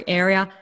area